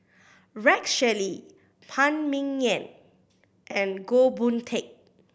Rex Shelley Phan Ming Yen and Goh Boon Teck